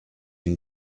une